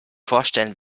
vorstellen